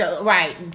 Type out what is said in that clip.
Right